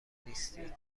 نیستید